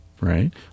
right